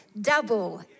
double